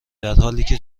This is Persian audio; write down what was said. درحالیکه